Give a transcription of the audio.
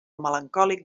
melancòlic